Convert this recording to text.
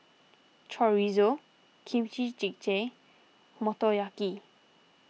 Chorizo Kimchi Jjigae Motoyaki